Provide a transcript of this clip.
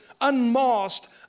unmasked